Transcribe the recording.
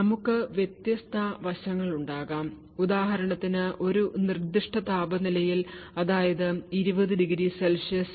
നമുക്ക് വ്യത്യസ്ത വശങ്ങളുണ്ടാകാം ഉദാഹരണത്തിന് ഒരു നിർദ്ദിഷ്ട താപനിലയിൽ അതായത് 20°C 1